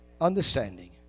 understanding